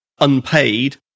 unpaid